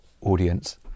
audience